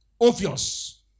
Obvious